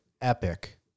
epic